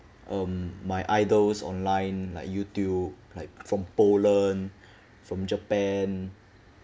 um my idols online like YouTube like from poland from japan